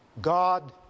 God